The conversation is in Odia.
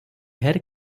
ଢେର